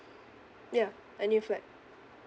ya a new flat